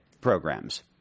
programs